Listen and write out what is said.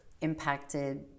impacted